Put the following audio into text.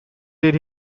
did